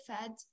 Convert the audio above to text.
feds